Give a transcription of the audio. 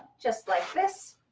just like this.